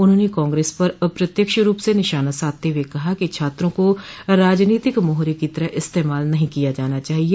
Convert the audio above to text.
उन्होंने कांग्रेस पर अप्रत्यक्ष रूप से निशाना साधते हुए कहा कि छात्रों को राजनीतिक मोहरे की तरह इस्तेमाल नहीं किया जाना चाहिए